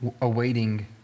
Awaiting